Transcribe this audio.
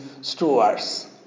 stewards